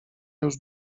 już